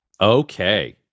Okay